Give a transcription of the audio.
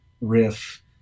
riff